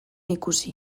ikusi